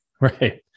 Right